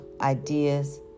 ideas